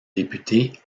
député